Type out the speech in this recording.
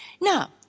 Now